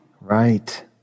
Right